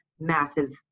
massive